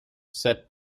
said